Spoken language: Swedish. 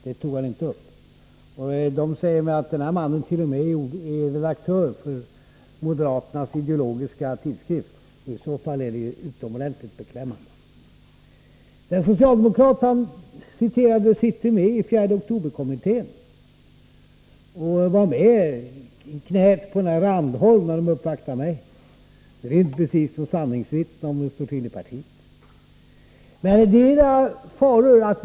Den nämnda personen lär t.o.m. vara redaktör för moderaternas ideologiska tidskrift, och i så fall är det ju utomordentligt beklämmande. Den socialdemokrat Adelsohn citerade sitter med i 4 oktober-kommittén och satt bildligt talat i knäet på herr Randholm när de uppvaktade mig. Så det är inte precis fråga om något sanningsvittne när det gäller hur det står till i partiet.